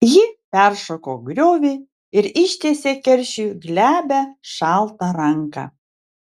ji peršoko griovį ir ištiesė keršiui glebią šaltą ranką